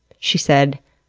she said,